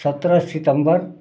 सत्रह सितम्बर